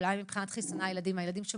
אולי מבחינת חיסוני הילדים הילדים